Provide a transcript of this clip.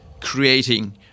creating